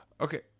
Okay